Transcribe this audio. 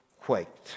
quaked